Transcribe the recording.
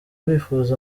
bifuza